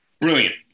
brilliant